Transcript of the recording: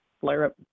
flare-up